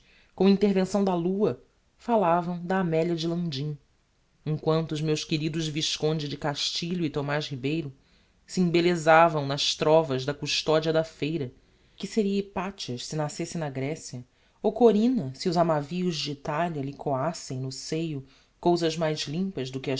com intervenção da lua fallavam da amelia de landim em quanto os meus queridos visconde de castilho e thomaz ribeiro se embellezavam nas trovas da custodia da feira que seria hypathias se nascesse na grecia ou corina se os amavíos de italia lhe coassem no seio cousas mais limpas do que